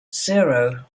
zero